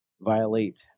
violate